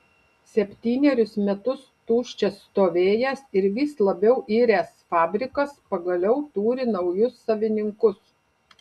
septynerius metus tuščias stovėjęs ir vis labiau iręs fabrikas pagaliau turi naujus savininkus